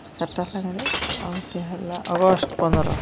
ଚାର୍ଟା ହେଲା ନିକିରେ ଆଉଗୁଟେ ହେଲା ଅଗଷ୍ଟ ପନ୍ଦର